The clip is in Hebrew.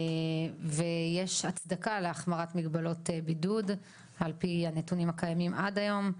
ויד הצדקה להחמרת מגבלות בידוד על פי הנתונים הקיימים עד היום,